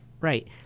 right